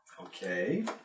Okay